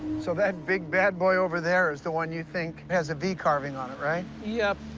so that big bad boy over there is the one you think has a v carving on it, right? yep,